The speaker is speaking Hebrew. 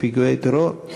מפיגועי טרור.